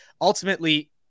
ultimately